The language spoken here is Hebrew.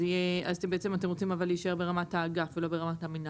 אז זה יהיה --- אבל אתם רוצים להישאר ברמת האגף ולא ברמת המינהל?